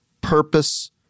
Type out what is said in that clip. purpose